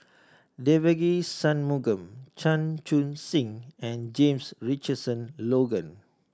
Devagi Sanmugam Chan Chun Sing and James Richardson Logan